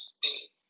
State